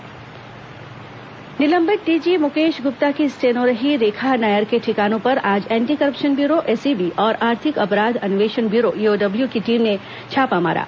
ACB EOW छापा निलंबित DG Mukesh Gupta की स्टेनो रही रेखा नायर के ठिकानों पर आज एंटी करप्शन ब्यूरो एसीबी और आर्थिक अपराध अन्वेषण ब्यूरो ईओडब्ल्यू की टीम ने छापा मारा